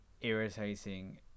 irritating